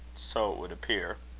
so it would appear.